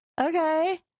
Okay